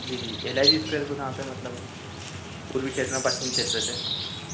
जी जी L I C square पर कहाँ पर मतलब पूर्वी क्षेत्र में पश्चिम क्षेत्र से